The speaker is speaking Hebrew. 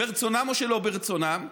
ברצונם או שלא ברצונם,